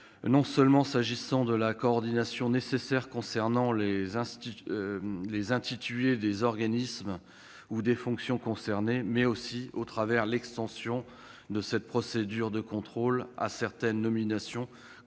non seulement des coordinations nécessaires concernant les intitulés des organismes ou des fonctions concernés, mais aussi de l'extension de cette procédure de contrôle à certaines nominations comme